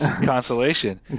Consolation